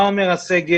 מה אומר הסגר,